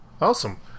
Awesome